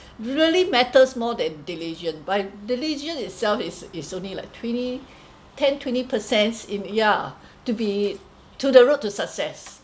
really matters more than diligence but diligence itself is is only like twenty ten twenty percent in ya to be to the route to success